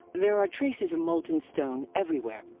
there are traces of molten stone everywhere.